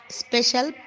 special